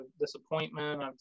disappointment